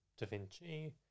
DaVinci